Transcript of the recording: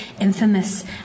infamous